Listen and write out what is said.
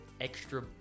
Extra